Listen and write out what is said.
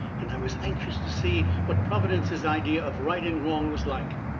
and i was anxious to see what providence's ideas of right and wrong was like.